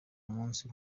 munsi